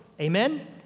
Amen